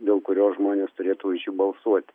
dėl kurio žmonės turėtų už jį balsuot